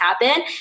happen